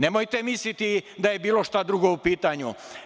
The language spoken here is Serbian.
Nemojte misliti da je bilo šta drugo u pitanju.